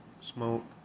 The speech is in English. smoke